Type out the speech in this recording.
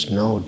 no